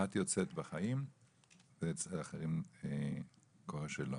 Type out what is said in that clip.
אחת יוצאת בחיים ואצל אחרים קורה שלא.